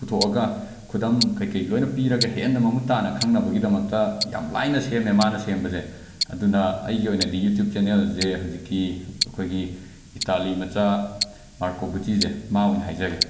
ꯄꯨꯊꯣꯛꯑꯒ ꯈꯨꯗꯝ ꯀꯩ ꯀꯩ ꯂꯣꯏꯅ ꯄꯤꯔꯒ ꯍꯦꯟꯅ ꯃꯃꯨꯠ ꯇꯥꯅ ꯈꯪꯅꯕꯒꯤꯗꯃꯛꯇ ꯌꯥꯝꯅ ꯂꯥꯏꯅ ꯁꯦꯝꯃꯦ ꯃꯥꯅ ꯁꯦꯝꯕꯁꯦ ꯑꯗꯨꯅ ꯑꯩꯒꯤ ꯑꯣꯏꯅꯗꯤ ꯌꯨꯇ꯭ꯌꯨꯞ ꯆꯦꯅꯦꯜꯁꯦ ꯍꯧꯖꯤꯛꯀꯤ ꯑꯩꯈꯣꯏꯒꯤ ꯏꯇꯥꯂꯤ ꯃꯆꯥ ꯃꯥꯔꯀꯣ ꯕꯨꯆꯤꯁꯦ ꯃꯥ ꯑꯣꯏꯅ ꯍꯥꯏꯖꯒꯦ